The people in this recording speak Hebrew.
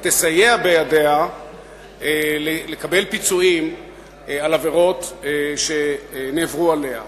ותסייע בידיה לקבל פיצויים על עבירות שנעברו עליה.